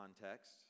context